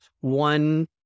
one